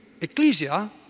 Ecclesia